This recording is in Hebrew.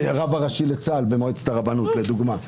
הרב הראשי לצה"ל במועצת הרבנות לדוגמה,